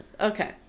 Okay